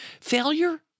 Failure